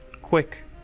quick